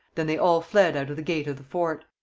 than they all fled out of the gate of the fort.